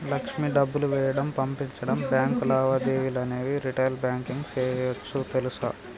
లక్ష్మి డబ్బులు వేయడం, పంపించడం, బాంకు లావాదేవీలు అనేవి రిటైల్ బాంకింగ్ సేయోచ్చు తెలుసా